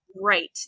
Right